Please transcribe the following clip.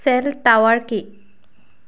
cell tower কি